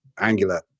Angular